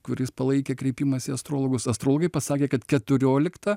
kuris palaikė kreipimąsi į astrologus astrologai pasakė kad keturiolikta